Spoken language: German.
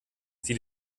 sie